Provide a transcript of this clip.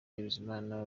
bizimana